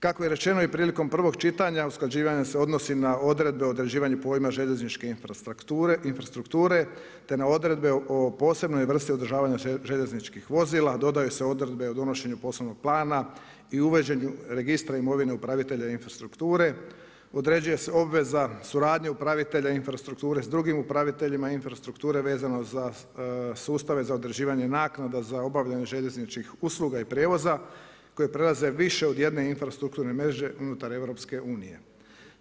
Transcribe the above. Kako je rečeno i prilikom prvog čitanja, usklađivanje se odnosi na odredbe određivanja pojma željezničke infrastrukture te na odredbe o posebnoj vrsti održavanja željezničkih vozila, dodaju se odredbe o donošenju poslovnog plana i uvođenju registra imovine upravitelja infrastrukture, određuje se obveza suradnje upravitelja infrastrukture sa drugim upraviteljima infrastrukture vezano za sustave za određivanje naknade za obavljanje željezničkih usluga i prijevoza koji prelaze više od jedne infrastrukturne mreže unutar EU-a.